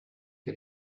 que